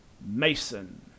Mason